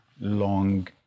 long